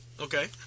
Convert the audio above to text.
Okay